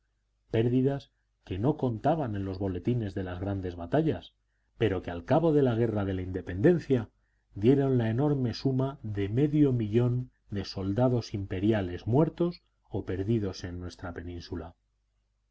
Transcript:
pérdidas que no contaban en los boletines de las grandes batallas pero que al cabo de la guerra de la independencia dieron la enorme suma de medio millón de soldados imperiales muertos o perdidos en nuestra península